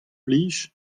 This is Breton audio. plij